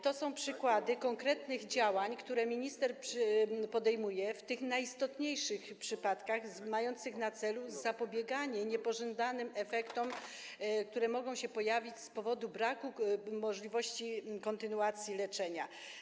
To są przykłady konkretnych działań, które minister podejmuje w tych najistotniejszych przypadkach, mając na celu zapobieganie niepożądanym efektom, które mogą się pojawić w wyniku braku możliwości kontynuacji leczenia.